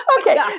okay